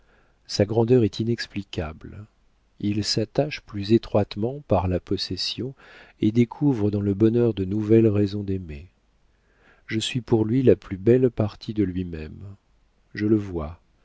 sa grandeur est inexplicable il s'attache plus étroitement par la possession et découvre dans le bonheur de nouvelles raisons d'aimer je suis pour lui la plus belle partie de lui-même je le vois